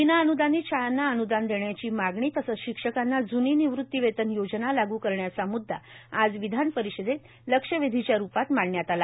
विना अन्दानित शाळांना अन्दान देण्याची मागणी तसंच शिक्षकांना ज्नी निवृत्तीवेतन योजना लागू करण्याचा मुददा आज विधान परिषदेत लक्षवेधीच्या रुपात मांडण्यात आला